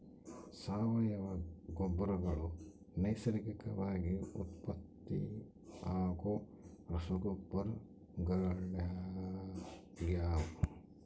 ಸಾವಯವ ಗೊಬ್ಬರಗಳು ನೈಸರ್ಗಿಕವಾಗಿ ಉತ್ಪತ್ತಿಯಾಗೋ ರಸಗೊಬ್ಬರಗಳಾಗ್ಯವ